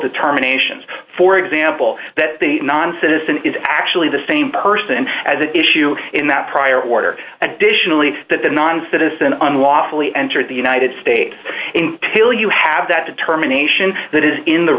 determinations for example that the non citizen is actually the same person as an issue in that prior order additionally that the non citizen unlawfully entered the united states till you have that determination that is in the